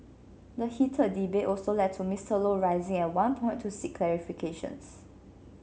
the heated debate also led to Mister Low rising at one point to seek clarifications